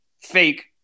fake